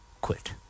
quit